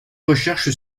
recherche